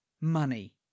money